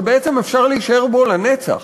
שבעצם אפשר להישאר בו לנצח.